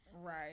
Right